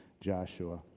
Joshua